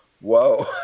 whoa